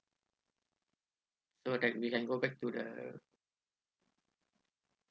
so that we can go back to the